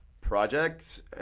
project